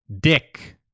Dick